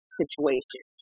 situation